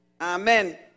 Amen